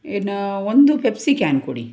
ಇನ್ನು ಒಂದು Pepsi can ಕೊಡಿ